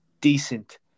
decent